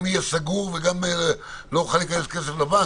גם אהיה סגור וגם לא יכנס כסף לבנק?